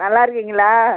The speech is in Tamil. நல்லா இருக்கீங்களா